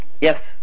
Yes